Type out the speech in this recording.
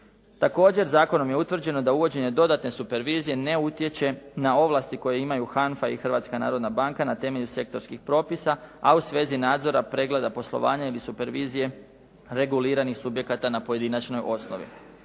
Također zakonom je utvrđeno da uvođenje dodatne supervizije ne utječe na ovlasti koje imaju HANFA i Hrvatska narodna banka na temelju sektorskih propisa, a u svezi nadzora pregleda poslovanja ili supervizije reguliranih subjekata na pojedinačnoj osnovi.